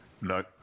no